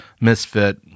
misfit